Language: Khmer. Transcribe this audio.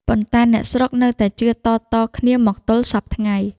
ប៉ុន្តែ អ្នកស្រុកនៅតែជឿតៗគ្នាមកទល់សព្វថ្ងៃ។